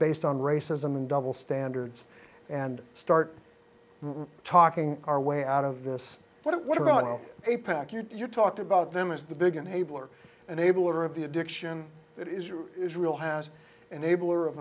based on racism and double standards and start talking our way out of this what about a pack you talked about them is the big an enabler an enabler of the addiction that is israel has enabler of